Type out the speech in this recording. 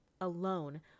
alone